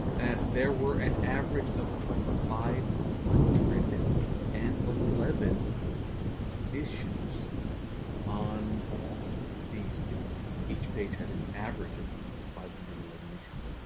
and there were an average of five hundred and eleven issues on these pages. each page had an average of five hundred and eleven issues.